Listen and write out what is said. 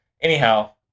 Anyhow